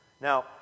Now